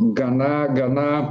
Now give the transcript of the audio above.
gana gana